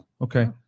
Okay